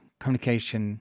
communication